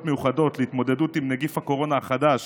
מיוחדות להתמודדות עם נגיף הקורונה החדש